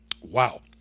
Wow